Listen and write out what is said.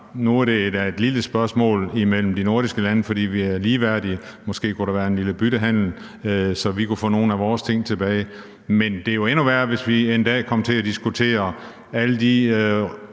Nu er det da et lille spørgsmål mellem de nordiske lande, fordi vi er ligeværdige. Måske kunne der være en lille byttehandel, så vi kunne få nogle af vores ting tilbage. Men det er jo endnu værre, hvis vi en dag kom til at diskutere alle de